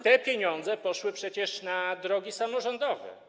Te pieniądze poszły przecież na drogi samorządowe.